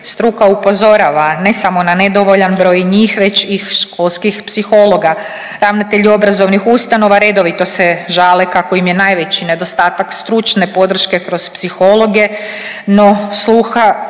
Struka upozorava ne samo na nedovoljan broj njih već i školskih psihologa. Ravnatelji obrazovnih ustanova redovito se žale kako im je najveći nedostatak stručne podrške kroz psihologe, no sluha